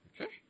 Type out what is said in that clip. Okay